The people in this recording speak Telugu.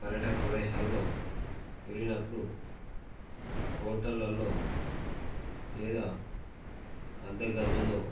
పర్యాటక ప్రదేశాల్లో వెళ్ళినప్పుడు హోటళ్ళల్లో లేదా అద్దె గదుల్లో